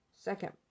second